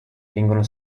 vengono